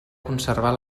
conservar